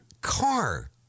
car